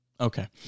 Okay